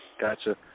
Gotcha